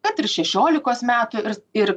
kad ir šešiolikos metų ir